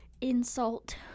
insult